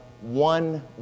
one